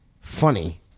funny